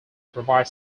provide